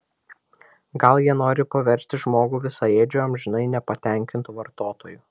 gal jie nori paversti žmogų visaėdžiu amžinai nepatenkintu vartotoju